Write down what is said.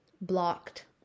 blocked